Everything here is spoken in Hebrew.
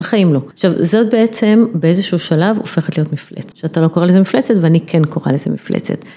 בחיים לא. עכשיו, זאת בעצם באיזשהו שלב הופכת להיות מפלצת. שאתה לא קורא לזה מפלצת ואני כן קוראה לזה מפלצת.